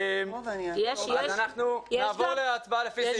אנחנו נעבור להצבעה לפי הסעיפים.